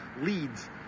leads